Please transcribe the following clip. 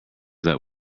that